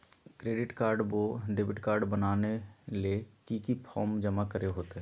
Credit card बोया debit card बनाने ले की की फॉर्म जमा करे होते?